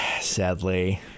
sadly